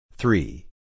Three